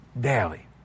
daily